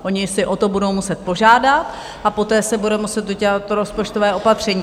Ony si o to budou muset požádat a poté se bude muset udělat to rozpočtové opatření.